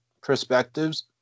perspectives